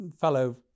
fellow